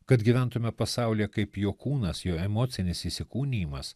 kad gyventume pasaulyje kaip jo kūnas jo emocinis įsikūnijimas